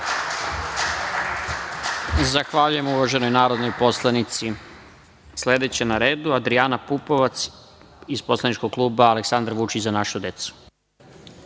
Zahvaljujem uvaženoj narodnoj poslanici. Sledeća na redu je Adrijana Pupovac, iz poslaničkog kluba Aleksandar Vučić – za našu decu.